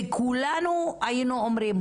וכולנו היינו אומרים,